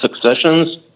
successions